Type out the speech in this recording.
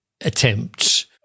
attempts